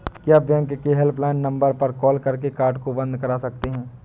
क्या बैंक के helpline number पर कॉल करके कार्ड को बंद करा सकते हैं?